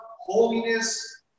holiness